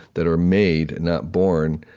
that are made, not born,